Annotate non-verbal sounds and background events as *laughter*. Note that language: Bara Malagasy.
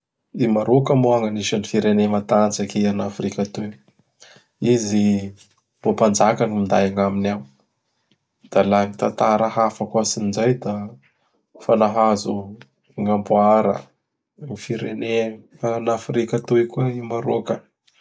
I Marôka gn'anisan'ny firenea matanjaky an'Afrika atoy. *noise* Izy mbô Mpanjaka gn minday agnaminy ao. Da la gn tatara hafa akoatsin zay da fa nahazo *noise* gn'amboara gn ny firenea an'Afrika atoy koa i Marôka.